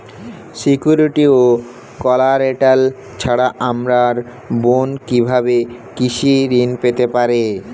Security ও collateral ছাড়া আমার বোন কিভাবে কৃষি ঋন পেতে পারে?